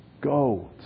Go